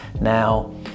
Now